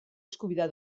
eskubidea